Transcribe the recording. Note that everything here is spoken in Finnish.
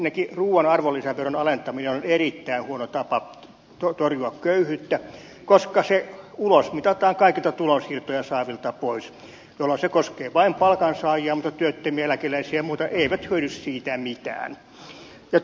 ensinnäkin ruuan arvonlisäveron alentaminen on erittäin huono tapa torjua köyhyyttä koska se ulosmitataan kaikilta tulonsiirtoja saavilta pois jolloin se koskee vain palkansaajia mutta työttömät eläkeläiset ja muut eivät hyödy siitä mitään